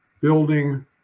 building